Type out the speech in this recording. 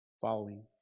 Following